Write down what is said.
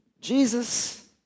Jesus